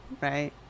right